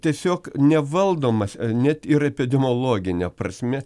tiesiog nevaldomas net ir epidemiologine prasme